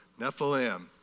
Nephilim